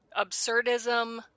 absurdism